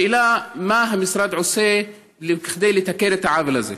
השאלה: מה המשרד עושה כדי לתקן את העוול הזה?